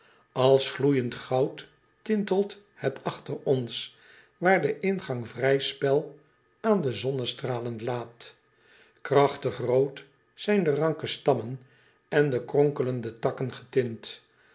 ls gloeijend goud tintelt het achter ons waar de ingang vrij spel aan de zonnestralen laat rachtig rood zijn de ranke stammen en de kronkelende takken getint